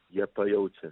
jie pajaučia